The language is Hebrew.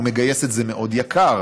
הוא מגייס את זה מאוד יקר.